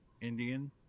Indian